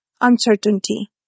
uncertainty